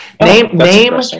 Name